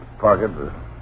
pocket